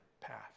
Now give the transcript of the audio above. path